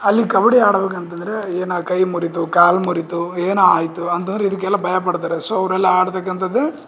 ಅಲ್ಲಿ ಕಬಡ್ಡಿ ಆಡ್ಬೇಕು ಅಂತಂದರೆ ಏನೋ ಕೈ ಮುರಿಯಿತು ಕಾಲು ಮುರಿಯಿತು ಏನೋ ಆಯಿತು ಅಂತಂದ್ರೆ ಇದಕ್ಕೆಲ್ಲ ಭಯ ಪಡ್ತಾರೆ ಸೊ ಅವರೆಲ್ಲ ಆಡತಕ್ಕಂಥದ್ದು